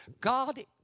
God